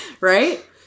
Right